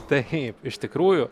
taip iš tikrųjų